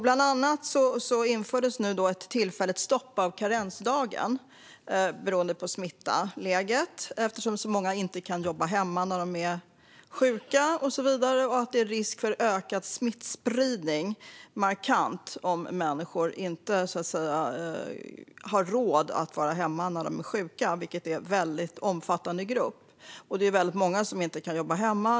Bland annat infördes ett tillfälligt stopp av karensdagen beroende på smittläget, eftersom så många inte kan jobba hemma när de är sjuka och att det är en markant risk för ökad smittspridning om människor så att säga inte har råd att vara hemma när de är sjuka. Detta gäller en väldigt stor grupp. Och väldigt många kan inte jobba hemma.